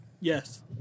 yes